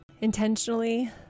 Intentionally